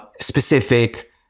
specific